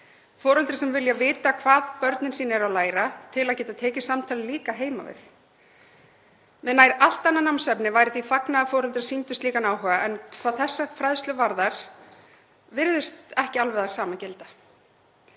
foreldrar sem vilja vita hvað börnin þeirra eru að læra til að geta tekið samtalið líka heima við. Varðandi nær allt annað námsefni væri því fagnað að foreldrar sýndu slíkan áhuga en hvað þessa fræðslu varðar virðist ekki alveg það sama gilda.